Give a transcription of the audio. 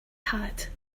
hat